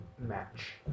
match